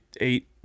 eight